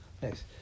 Thanks